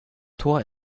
tor